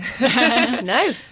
no